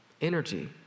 energy